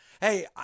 hey